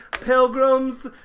Pilgrims